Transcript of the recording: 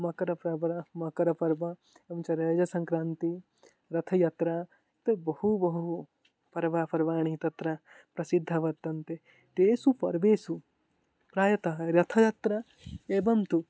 मकरपर्व मकरपर्व एवं च रेयसङ्क्रान्ति रथयात्रा तद् बहु बहु पर्व पर्वाणि तत्र प्रसिद्धानि वर्तन्ते तेषु पर्वसु प्रायशः रथयात्रा एवं तु